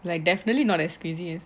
like definitely not as crazy as